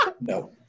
No